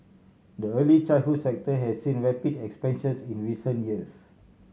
the early childhood sector has seen rapid expansions in recent years